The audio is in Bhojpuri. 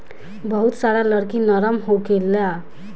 बहुत सारा लकड़ी नरम होखेला